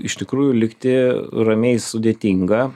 iš tikrųjų likti ramiai sudėtinga